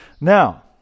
Now